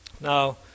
Now